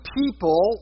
people